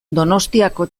donostiako